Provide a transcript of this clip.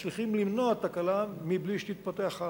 מצליחים למנוע תקלה מבלי שתתפתח הלאה.